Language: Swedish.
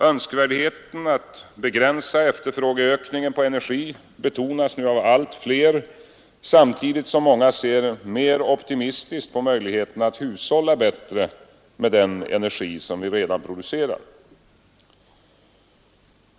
Önskvärdheten att begränsa efterfrågeökningen på energi betonas nu av allt flera samtidigt som många ser mer optimistiskt på möjligheterna att hushålla bättre med den energi som vi redan producerar.